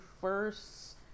first